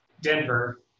Denver